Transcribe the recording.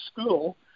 school